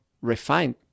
refined